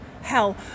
hell